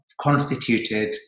constituted